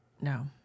No